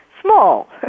small